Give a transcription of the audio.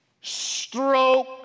Stroke